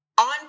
on